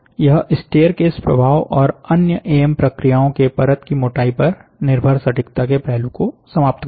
यह स्टेयरकेस प्रभाव और अन्य एएम प्रक्रियाओं के परत की मोटाई पर निर्भर सटीकता के पहलू को समाप्त करता है